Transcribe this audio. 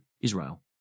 Israel